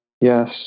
yes